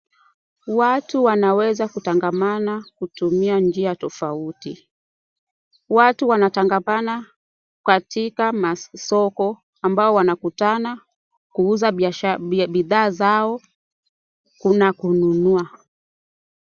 Watu wanaweza kutangamana kutumia njia tofauti. Watu wanatangamana katika masoko ambao wanakutana kuuza bidhaa zao kuna kununua